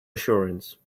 assurance